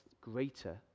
greater